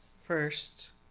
first